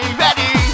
ready